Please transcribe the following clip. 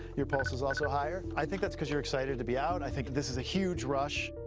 your pulse is also higher. i think that's cause you're excited to be out. i think this is a huge rush.